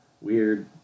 weird